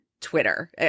Twitter